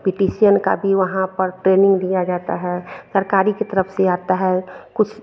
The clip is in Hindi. बिटिसियन की भी वहाँ पर ट्रेनिंग दिया जाता है सरकार की तरफ से आता है कुछ